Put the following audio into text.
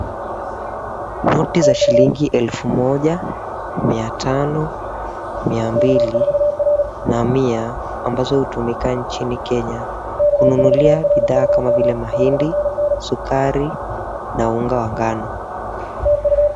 Noti za shilingi elfu moja, mia tano, mia mbili na mia ambazo hutumika nchini Kenya kununulia bidhaa kama vile mahindi, sukari na unga wa ngano.